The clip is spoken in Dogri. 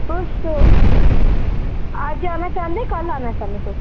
तुस अज्ज आना चाह्न्ने कल आना चाह्न्ने तुस